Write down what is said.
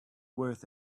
worth